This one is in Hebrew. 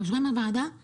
עוסקת